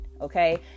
okay